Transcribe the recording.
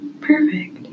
Perfect